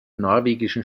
norwegischen